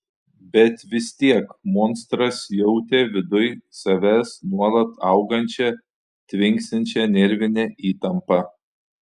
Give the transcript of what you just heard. bet vis tiek monstras jautė viduj savęs nuolat augančią tvinksinčią nervinę įtampą